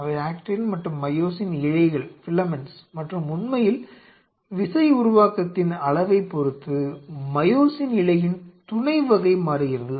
அவை ஆக்டின் மற்றும் மையோசின் இழைகள் மற்றும் உண்மையில் விசை உருவாக்கத்தின் அளவைப் பொறுத்து மையோசின் இழையின் துணை வகை மாறுகிறது